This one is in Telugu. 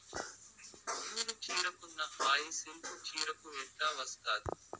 నూరు చీరకున్న హాయి సిల్కు చీరకు ఎట్టా వస్తాది